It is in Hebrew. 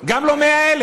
גם לא 100,000,